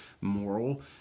moral